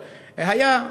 היה,